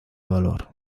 valor